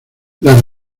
las